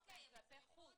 זה בחוץ,